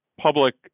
public